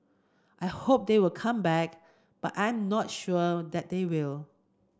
I hope they will come back but I'm not sure that they will